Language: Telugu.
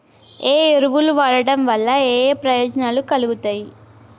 ఏ ఎరువులు వాడటం వల్ల ఏయే ప్రయోజనాలు కలుగుతయి?